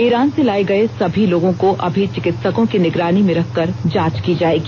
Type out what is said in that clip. Iran से लाए गये सभी लोगों को अभी चिकित्सकों की निगरानी में रख कर जांच की जाएगी